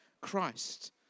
Christ